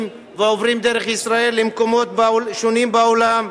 ועוברים דרך ישראל למקומות שונים בעולם.